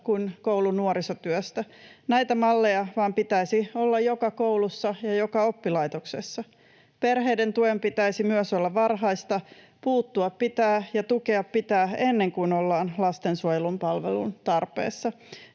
kuin koulunuorisotyöstä. Näitä malleja vain pitäisi olla joka koulussa ja joka oppilaitoksessa. Perheiden tuen pitäisi myös olla varhaista. Puuttua pitää ja tukea pitää ennen kuin ollaan lastensuojelun palvelun tarpeessa.